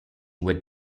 were